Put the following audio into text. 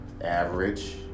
average